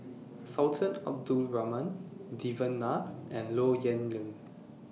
Sultan Abdul Rahman Devan Nair and Low Yen Ling